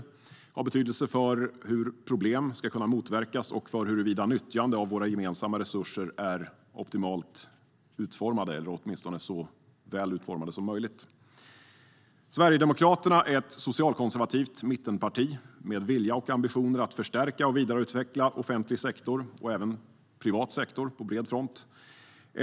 Den har betydelse för hur problem ska kunna motverkas och för huruvida nyttjandet av våra gemensamma resurser är optimalt utformat, eller åtminstone så väl utformat som det är möjligt. Sverigedemokraterna är ett socialkonservativt mittenparti med vilja och ambitioner att förstärka och vidareutveckla offentlig och privat sektor på bred front.